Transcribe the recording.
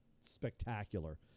spectacular